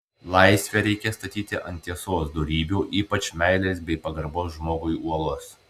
laisvę reikia statyti ant tiesos dorybių ypač meilės bei pagarbos žmogui uolos